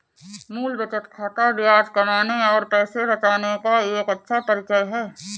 मूल बचत खाता ब्याज कमाने और पैसे बचाने का एक अच्छा परिचय है